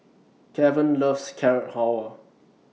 Kevan loves Carrot Halwa